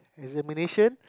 examination